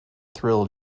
thrill